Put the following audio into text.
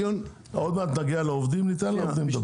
עוד מעט נגיע לעובדים וניתן להם לדבר.